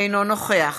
אינו נוכח